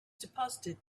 deposited